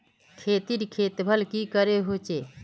खेतीर देखभल की करे होचे?